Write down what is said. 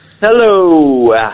hello